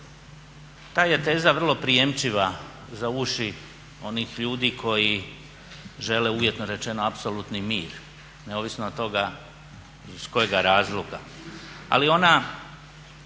Ta je teza vrlo prijemčiva za uši onih ljudi koji žele uvjetno rečeno apsolutni mir, neovisno od toga iz kojega razloga,